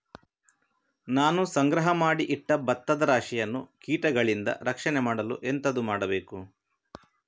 ನಾನು ಸಂಗ್ರಹ ಮಾಡಿ ಇಟ್ಟ ಭತ್ತದ ರಾಶಿಯನ್ನು ಕೀಟಗಳಿಂದ ರಕ್ಷಣೆ ಮಾಡಲು ಎಂತದು ಮಾಡಬೇಕು?